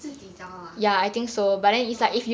自己找 ah !wah!